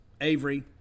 Avery